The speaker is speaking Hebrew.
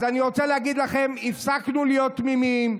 אז אני רוצה להגיד לכם: הפסקנו להיות תמימים.